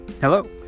Hello